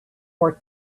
were